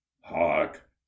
hark